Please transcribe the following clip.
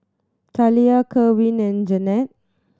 Talia Kerwin and Jeanette